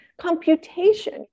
computation